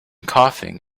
coughing